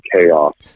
chaos